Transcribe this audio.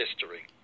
history